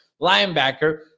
linebacker